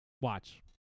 Watch